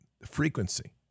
frequency